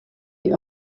die